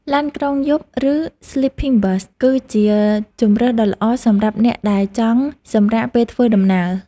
ឡានក្រុងយប់ ឬ Sleeping Bus គឺជាជម្រើសដ៏ល្អសម្រាប់អ្នកដែលចង់សម្រាកពេលធ្វើដំណើរ។